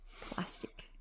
Plastic